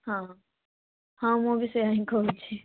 ହଁ ହଁ ମୁଁ ବି ସେଇଆ ହିଁ କହୁଛି